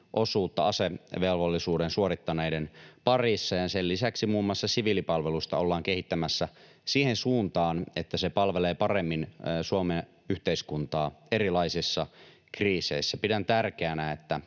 osuutta asevelvollisuuden suorittaneiden parissa, ja sen lisäksi muun muassa siviilipalvelusta ollaan kehittämässä siihen suuntaan, että se palvelee paremmin Suomen yhteiskuntaa erilaisissa kriiseissä. Pidän tärkeänä, että